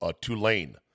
Tulane